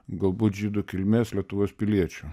galbūt žydų kilmės lietuvos piliečių